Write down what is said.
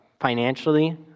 Financially